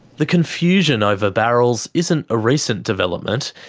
the confusion over barrels isn't a recent development.